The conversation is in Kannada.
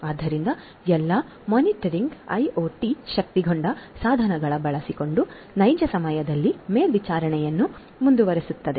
ಆದ್ದರಿಂದ ಎಲ್ಲಾ ಲೈಫ್ ಮಾನಿಟರಿಂಗ್ ಐಒಟಿ ಶಕ್ತಗೊಂಡ ಸಾಧನಗಳನ್ನು ಬಳಸಿಕೊಂಡು ನೈಜ ಸಮಯದ ಮೇಲ್ವಿಚಾರಣೆಯನ್ನು ಮುಂದುವರಿಸುತ್ತದೆ